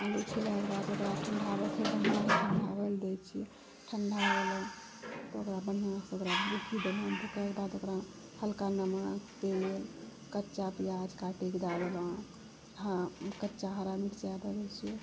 आलू छिलयके बाद ओकरा ठण्डाबऽ फेर बढ़िआँसँ ठण्डाबय लए दै छियै ठण्डा गेलौ तऽ ओकरा बढ़िआँसँ ओकरा बुकि देलहुँ बुकयके बाद ओकरा हलका नमक तेल कच्चा पियाज काटिके दऽ देलहुँ हँ कच्चा हरा मिरचाइ दऽ दै छियै